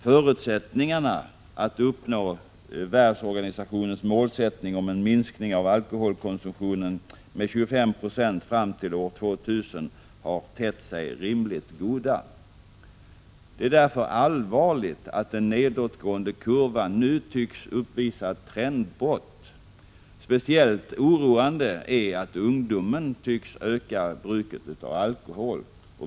Förutsättningarna att uppnå Världshälsoorganisationens målsättning om en minskning av alkoholkonsumtionen med 25 96 fram till år 2000 har tett sig rimligt goda. Det är därför allvarligt att den nedåtgående kurvan nu tycks uppvisa ett trendbrott. Speciellt oroande är att ungdomen tycks öka bruket av alkohol.